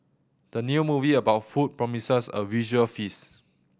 the new movie about food promises a visual feast